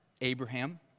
Abraham